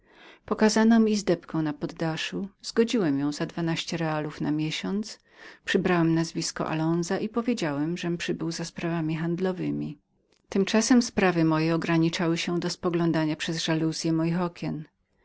pokazano mi izbedkęizdebkę na poddaszu zgodziłem ją za dwanaście realów na miesiąc przybrałem nazwisko alonza i powiedziałem żem przybył za sprawami handlowemi tymczasem sprawy moje handlowe ograniczały się na spoglądaniu przez żaluzye moich okien